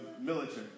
military